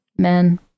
men